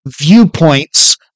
viewpoints